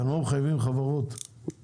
למה אתם לא מחייבים חברות לייצר?